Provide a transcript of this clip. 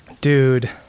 Dude